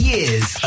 Years